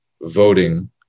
voting